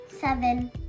seven